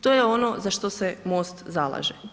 To je ono za što se MOST zalaže.